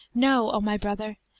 know, o my brother,